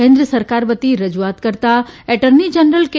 કેન્દ્ર સરકાર વતી રજૂઆત કરતા એટર્ની જનરલ કે